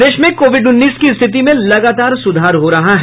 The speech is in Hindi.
प्रदेश में कोविड उन्नीस की स्थिति में लगातार सुधार हो रहा है